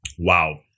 Wow